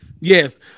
Yes